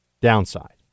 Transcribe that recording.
downside